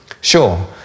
Sure